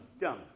dumb